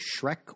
Shrek